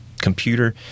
computer